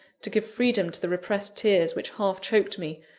to give freedom to the repressed tears which half choked me,